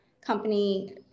company